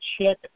check